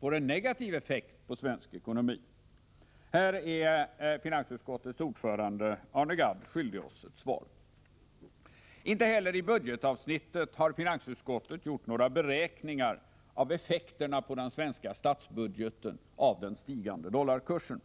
får en negativ effekt på svensk ekonomi? Här är finansutskottets ordförande Arne Gadd skyldig oss ett svar. Inte heller i budgetavsnittet har finansutskottet gjort några beräkningar av effekterna på den svenska statsbudgeten av den stigande dollarkursen.